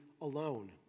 alone